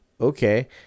Okay